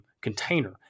container